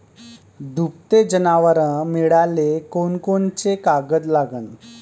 दुभते जनावरं मिळाले कोनकोनचे कागद लागन?